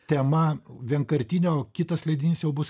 tema vienkartinė o kitas leidinys jau bus